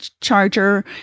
charger